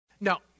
Now